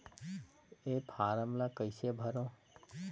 ये फारम ला कइसे भरो?